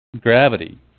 Gravity